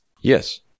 yes